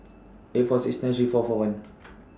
eight four six nine three four four one